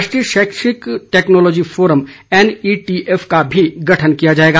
राष्ट्रीय शैक्षिक technology forum N E T F का भी गठन किया जाएगा